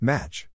Match